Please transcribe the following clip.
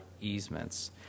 easements